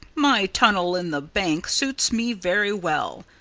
my tunnel in the bank suits me very well.